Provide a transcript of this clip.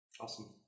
Awesome